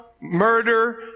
murder